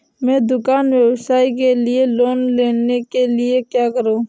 मैं दुकान व्यवसाय के लिए लोंन लेने के लिए क्या करूं?